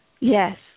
Yes